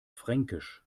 fränkisch